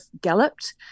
galloped